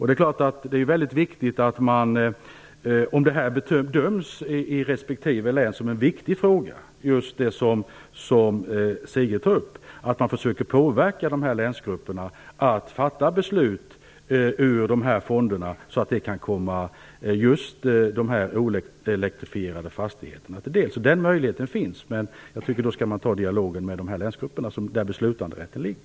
Om detta som Sigrid Bolkéus tar upp bedöms som en viktig fråga i respektive län är det mycket viktigt att man försöker påverka länsgrupperna att fatta beslut om stöd ur de här fonderna så att de kommer just de oelektrifierade fastigheterna till del. Den möjligheten finns. Men jag tycker att man då skall ha dialogen med de länsgrupper där beslutanderätten ligger.